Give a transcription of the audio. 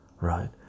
right